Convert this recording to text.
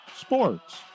sports